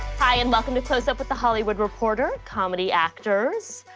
hi, and welcome to close up with the hollywood reporter, comedy actors.